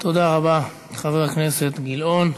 תודה רבה, חבר הכנסת גילאון.